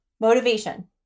motivation